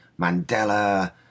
Mandela